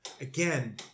again